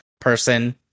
person